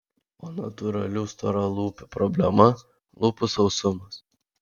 o natūralių storalūpių problema lūpų sausumas